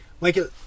Michael